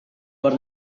luar